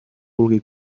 vulgui